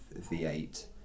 V8